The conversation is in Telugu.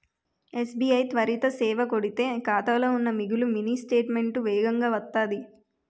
ఎస్.బి.ఐ త్వరిత సేవ కొడితే ఖాతాలో ఉన్న మిగులు మినీ స్టేట్మెంటు వేగంగా వత్తాది